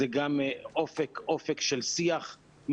זה גם אופק של שיח,